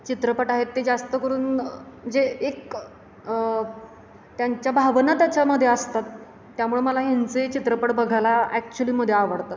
चित्रपट आहेत ते जास्त करून जे एक त्यांच्या भावना त्याच्यामध्ये असतात त्यामुळे मला ह्यांचे चित्रपट बघायला ॲक्चुलीमध्ये आवडतात